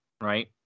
right